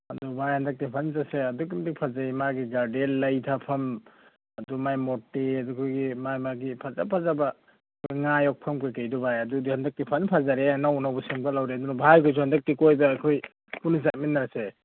ꯑꯗꯨ ꯚꯥꯏ ꯍꯟꯗꯛꯇꯤ ꯐꯟ ꯆꯠꯁꯦ ꯑꯗꯨꯛꯀꯤ ꯃꯇꯤꯛ ꯐꯖꯩ ꯃꯥꯒꯤ ꯒꯥꯔꯗꯦꯟ ꯂꯩ ꯊꯥꯐꯝ ꯑꯗꯨ ꯃꯥꯒꯤ ꯃꯨꯔꯇꯤ ꯑꯗꯨ ꯑꯩꯈꯣꯏꯒꯤ ꯃꯥ ꯃꯥꯒꯤ ꯐꯖ ꯐꯖꯕ ꯉꯥ ꯌꯣꯛꯐꯝ ꯀꯩꯀꯩꯗꯣ ꯚꯥꯏ ꯑꯗꯨꯗꯤ ꯍꯟꯗꯛꯇꯤ ꯐꯟ ꯐꯖꯔꯦꯍꯦ ꯑꯅꯧ ꯑꯅꯧꯕ ꯁꯦꯝꯒꯠ ꯍꯧꯔꯦ ꯑꯗꯨꯅ ꯚꯥꯏ ꯈꯣꯏꯁꯨ ꯍꯟꯗꯛꯇꯤ ꯀꯣꯏꯕ ꯑꯩꯈꯣꯏ ꯄꯨꯟꯅ ꯆꯠꯃꯤꯟꯅꯁꯦ